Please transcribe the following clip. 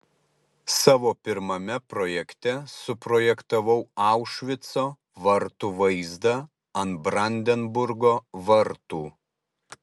savo pirmame projekte suprojektavau aušvico vartų vaizdą ant brandenburgo vartų